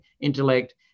intellect